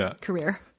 career